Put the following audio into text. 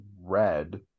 red